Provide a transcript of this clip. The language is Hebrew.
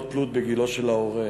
ללא תלות בגילו של ההורה.